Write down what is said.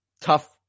Tough